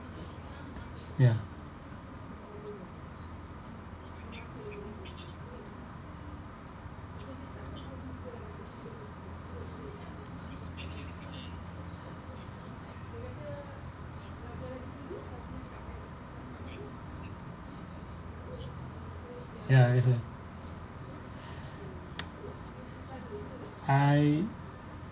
ya ya it's a I